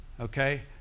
Okay